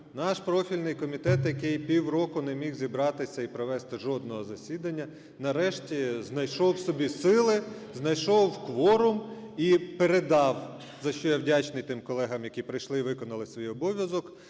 наш профільний комітет, який півроку не міг зібратися і провести жодного засіданні, нарешті, знайшов в собі сили, знайшов кворум і передав, за що я вдячний тим колегам, які прийшли, виконали свій обов'язок,